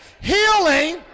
healing